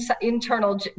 internal